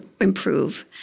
improve